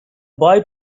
boy